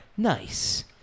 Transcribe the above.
Nice